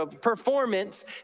performance